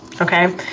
Okay